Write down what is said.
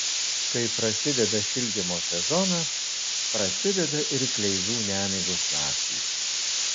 kai prasideda šildymo sezonas prasideda ir kleizų nemigos naktys